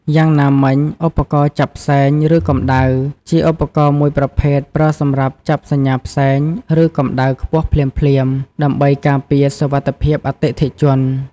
យ៉ាងណាមិញ ឧបករណ៍ចាប់ផ្សែងឫកម្ដៅជាឧបករណ៍មួយប្រភេទប្រើសម្រាប់ចាប់សញ្ញាផ្សែងៗ ឬកម្ដៅខ្ពស់ភ្លាមៗ ដើម្បីការពារសុវត្ថិភាពអតិថិជន។